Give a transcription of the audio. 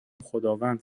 خداوند